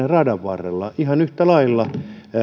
radan varrella ihan yhtä lailla